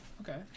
Okay